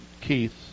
keith